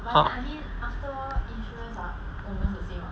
ah